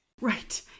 Right